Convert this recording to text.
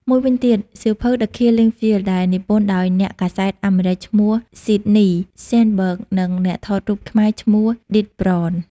មួយវិញទៀត សៀវភៅ The Killing Fields ដែលនិពន្ធដោយអ្នកកាសែតអាមេរិកឈ្មោះ ស៊ីដនី ស្ឆេនបឺគ Sydney Schanberg និងអ្នកថតរូបខ្មែរឈ្មោះ ឌិត ប្រន។